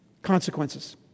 Consequences